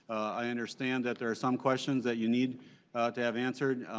i understand that there some questions that you need to have answered.